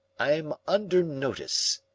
i'm under notice,